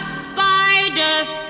spider's